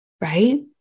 right